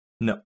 No